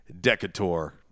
Decatur